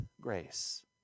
grace